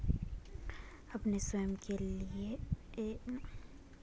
अपने स्वयं के रोज़गार के लिए कौनसी योजना उत्तम है?